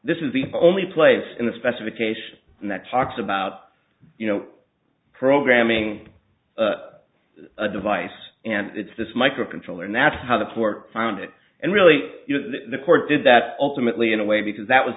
this is the only place in the specification that talks about you know programming a device and it's this microcontroller and that's how the court found it and really the court did that ultimately in a way because that was